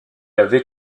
avait